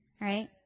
right